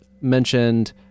mentioned